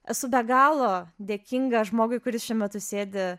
esu be galo dėkinga žmogui kuris šiuo metu sėdi